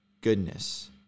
goodness